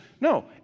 No